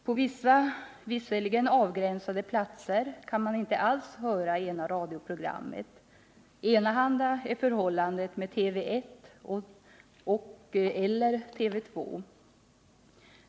På vissa, visserligen avgränsade, platser kan man inte alls höra det ena radioprogrammet. Enahanda är förhållandet med TV 1 och/eller TV 2.